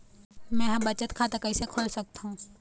मै ह बचत खाता कइसे खोल सकथों?